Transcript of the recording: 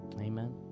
Amen